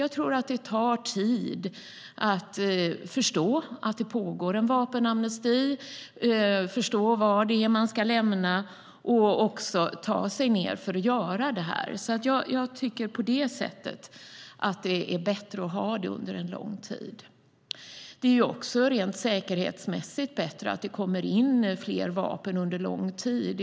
Jag tror att det tar tid att förstå att det pågår en vapenamnesti, förstå var det är man ska lämna in dem och också att ta sig för att lämna in dem. På det sättet är det bättre att ha en vapenamnesti under lång tid. Det är också rent säkerhetsmässigt bättre att det kommer in fler vapen under lång tid.